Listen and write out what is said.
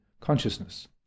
consciousness